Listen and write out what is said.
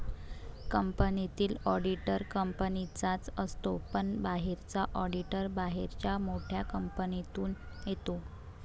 कंपनीतील ऑडिटर कंपनीचाच असतो पण बाहेरचा ऑडिटर बाहेरच्या मोठ्या कंपनीतून येतो